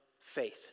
faith